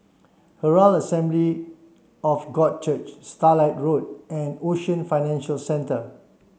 Herald Assembly of God Church Starlight Road and Ocean Financial Centre